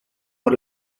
por